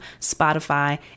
Spotify